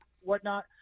whatnot